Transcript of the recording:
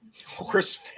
Horseface